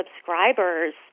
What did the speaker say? subscribers